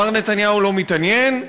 מר נתניהו לא מתעניין,